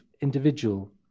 individual